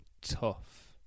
tough